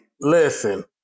Listen